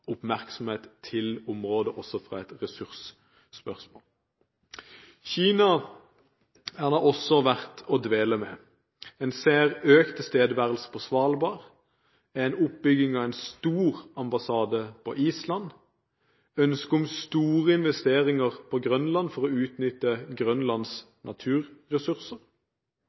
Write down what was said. til området – også i et ressursperspektiv. Kina er det også verdt å dvele ved: Man ser en økt tilstedeværelse på Svalbard oppbyggingen av en stor ambassade på Island et ønske om store investeringer på Grønland for å utnytte Grønlands naturressurser.